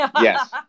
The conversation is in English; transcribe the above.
Yes